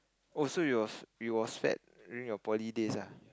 oh so you was you was fat during your poly days ah